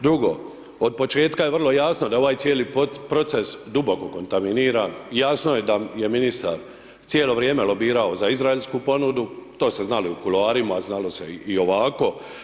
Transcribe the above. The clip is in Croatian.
Drugo, od početka je vrlo jasno da ovaj cijeli proces duboko kontaminiran, jasno je da je ministar cijelo vrijeme lobirao za izraelsku ponudu, to se znao i u kuloarima, znalo se i ovako.